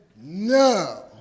no